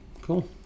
Cool